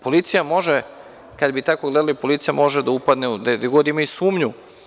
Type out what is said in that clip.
Policija može, kada bi tako gledali, policija može da upadne gde god imaju sumnju.